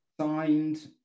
signed